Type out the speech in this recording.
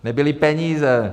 Nebyly peníze.